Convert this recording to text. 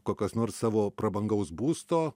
kokios nors savo prabangaus būsto